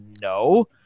no